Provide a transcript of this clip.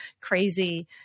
crazy